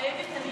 מתחייבת אני